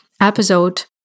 episode